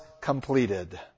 completed